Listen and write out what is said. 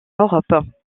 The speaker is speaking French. europe